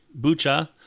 Bucha